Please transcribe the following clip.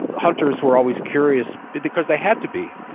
hunters were always curious because they had to be.